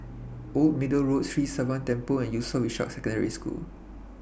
Old Middle Road Sri Sivan Temple and Yusof Ishak Secondary School